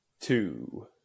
two